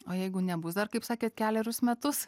o jeigu nebus dar kaip sakėt kelerius metus